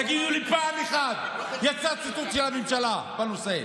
תגידו לי פעם אחת שיצא ציטוט של הממשלה בנושא.